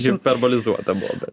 hiperbolizuota buvo bet